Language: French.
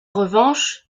revanche